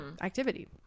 activity